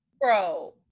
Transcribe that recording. Bro